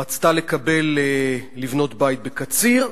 רצתה לבנות בית בקציר,